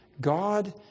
God